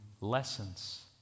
lessons